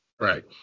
Right